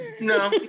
No